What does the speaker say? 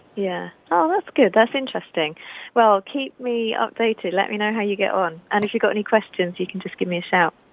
yeah oh that's good that's interesting well keep me updated, let me know how you get on and if you've got any questions you can just give me a shout.